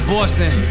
Boston